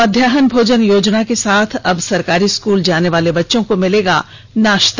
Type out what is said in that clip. मध्याहन भोजन योजना के साथ अब सरकारी स्कूल जाने वाले बच्चों को मिलेगा नाता